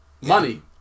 Money